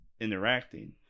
interacting